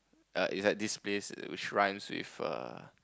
err is at this place which rhymes with err